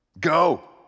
go